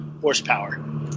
horsepower